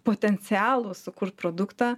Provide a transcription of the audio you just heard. potencialūs sukurt produktą